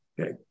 Okay